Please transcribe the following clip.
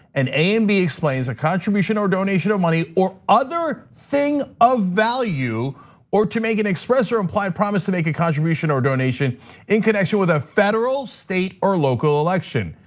and a and b explains a contribution or donation of money or other thing of value or to make an express or implied promise to make a contribution or donation in connection with a federal, state or local election.